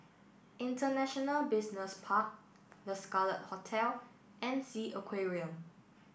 International Business Park The Scarlet Hotel and S E A Aquarium